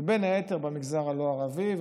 ובין היתר במגזר הלא-ערבי,